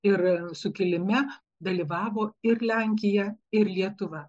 ir sukilime dalyvavo ir lenkija ir lietuva